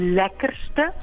lekkerste